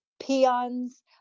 peons